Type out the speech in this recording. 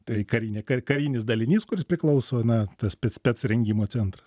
tai karinė karinis dalinys kuris priklauso na tas spec spec rengimo centras